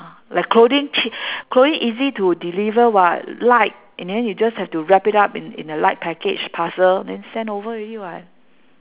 like clothing ch~ clothing easy to deliver [what] light and then you just have to wrap it up in in a light package parcel then send over already [what]